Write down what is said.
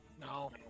No